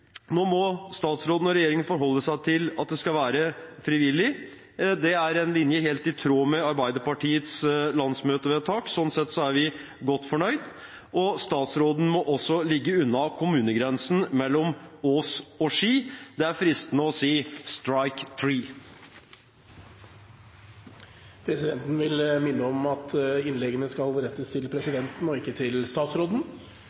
Nå må statsråden og regjeringen forholde seg til at det skal være frivillig. Det er en linje helt i tråd med Arbeiderpartiets landsmøtevedtak. Sånn sett er vi godt fornøyd. Statsråden må også ligge unna kommunegrensen mellom Ås og Ski. Det er fristende å si «strike three». Presidenten vil minne om at innleggene skal rettes til